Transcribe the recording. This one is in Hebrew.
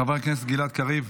חבר הכנסת גלעד קריב.